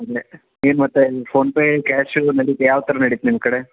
ಇಲ್ಲೇ ಏನು ಮತ್ತೇ ಫೋನ್ ಪೇ ಕ್ಯಾಶು ನಡೀತೆ ಯಾವ ಥರ ನಡಿಯುತ್ತೆ ನಿಮ್ಮ ಕಡೆ